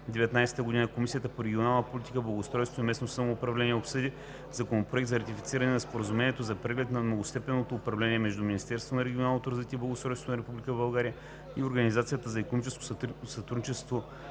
2019 г., Комисията по регионална политика, благоустройство и местно самоуправление обсъди Законопроект за ратифициране на Споразумението за преглед на многостепенното управление между Министерството на регионалното развитие и благоустройството на Република България и Организацията за икономическо сътрудничество